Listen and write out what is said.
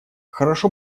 хорошо